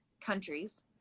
countries